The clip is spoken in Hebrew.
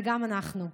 וגם אנחנו.